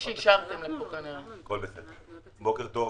בוקר טוב.